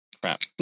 crap